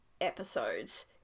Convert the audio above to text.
episodes